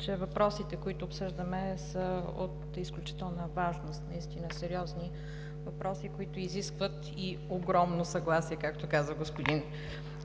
че въпросите, които обсъждаме, са от изключителна важност, наистина са сериозни въпроси, които изискват и огромно съгласие, както каза господин